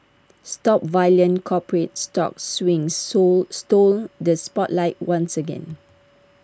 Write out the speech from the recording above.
stock violent corporate stock swings soul stole the spotlight once again